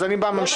אז אני ממשיך.